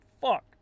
Fuck